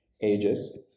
ages